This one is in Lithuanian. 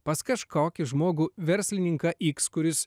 pas kažkokį žmogų verslininką iks kuris